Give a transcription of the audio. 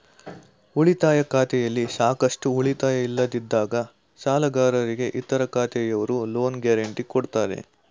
ಉಳಿತಾಯ ಖಾತೆಯಲ್ಲಿ ಸಾಕಷ್ಟು ಉಳಿತಾಯ ಇಲ್ಲದಿದ್ದಾಗ ಸಾಲಗಾರರಿಗೆ ಇತರ ಖಾತೆಯವರು ಲೋನ್ ಗ್ಯಾರೆಂಟಿ ಕೊಡ್ತಾರೆ